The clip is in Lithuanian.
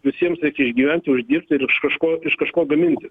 visiems reikia išgyventi uždirbti ir iš kažko iš kažko gaminti